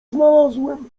znalazłem